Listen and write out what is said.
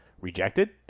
rejected